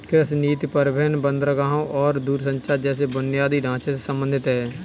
कृषि नीति परिवहन, बंदरगाहों और दूरसंचार जैसे बुनियादी ढांचे से संबंधित है